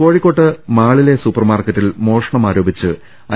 കോഴിക്കോട്ട് മാളിലെ സൂപ്പർമാർക്കറ്റിൽ മോഷണം ആരോപിച്ച് ഐ